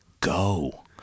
go